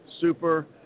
super